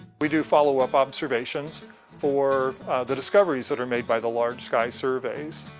we do followup observations for the discoveries that are made by the large sky surveys.